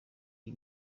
iyi